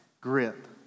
grip